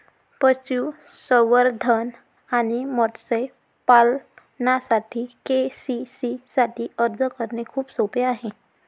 पशुसंवर्धन आणि मत्स्य पालनासाठी के.सी.सी साठी अर्ज करणे खूप सोपे आहे